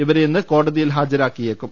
ഇവരെ ഇന്ന് കോടതിയിൽ ഹാജരാക്കിയേക്കും